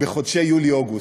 בחודשים יולי-אוגוסט.